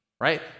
right